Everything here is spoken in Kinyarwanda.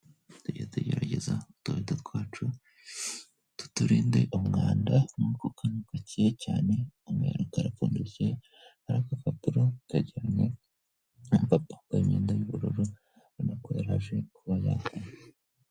Tuge tugerageza utudo twacu tuturinde umwanda muko kanwa gake cyane umweheruka arapfudo ari agapapuro kajyanwe n'imyenda y'ubururu nako yaje kukara.